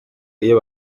iyo